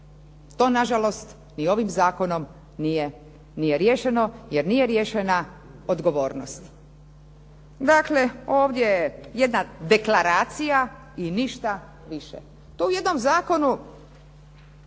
To nažalost ni ovim zakonom nije riješeno jer nije riješena odgovornost. Dakle, ovdje je jedna deklaracija i ništa više. To u jednom zakonu